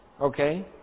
okay